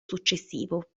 successivo